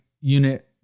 unit